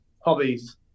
hobbies